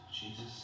Jesus